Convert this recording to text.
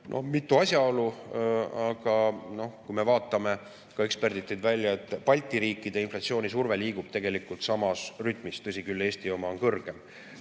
on mitu asjaolu. Aga kui me vaatame, ka eksperdid tõid välja, et Balti riikide inflatsioonisurve liigub tegelikult samas rütmis. Tõsi küll, Eesti oma on suurim.